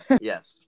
Yes